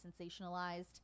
sensationalized